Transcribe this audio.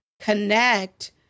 connect